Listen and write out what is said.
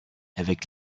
avec